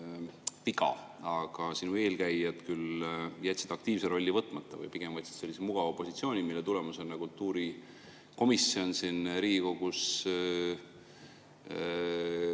viga, küll aga sinu eelkäijad jätsid aktiivse rolli võtmata või pigem võtsid sellise mugava positsiooni, mille tulemusena kultuurikomisjon siin Riigikogus